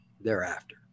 thereafter